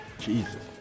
Jesus